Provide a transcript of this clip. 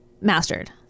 mastered